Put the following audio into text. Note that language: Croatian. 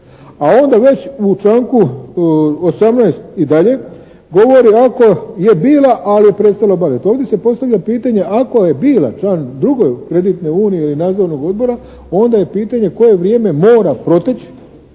A onda već u članku 18. i dalje govori ako je bila ali je prestala obavljati. Ovdje se postavlja pitanje ako je bila član druge kreditne unije ili nadzornog odbora onda je pitanje koje vrijeme mora proteći